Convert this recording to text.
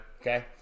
okay